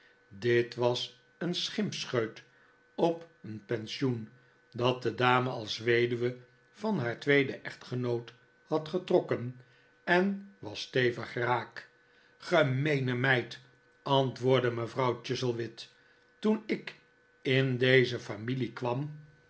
dit was een schimpscheut op een pensioen dat de dame als weduwe van haar tweeden echtgenoot had getrokken en was stevig raak gemeene meid antwoordde mevrouw chuzzlewit toen ik in deze familie kwam